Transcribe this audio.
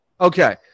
Okay